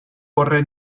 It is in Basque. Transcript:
horren